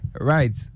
Right